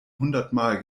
hundertmal